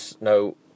no